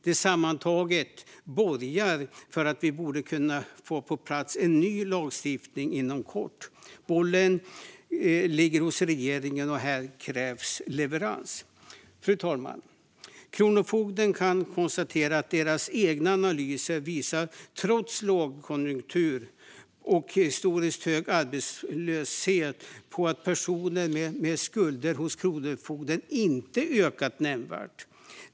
Detta sammantaget borgar för att vi borde kunna få en ny lagstiftning på plats inom kort. Bollen ligger hos regeringen, och här krävs leverans. Fru talman! Kronofogdens egna analyser visar att antalet personer med skulder hos Kronofogden inte ökat nämnvärt trots lågkonjunktur och historiskt hög arbetslöshet.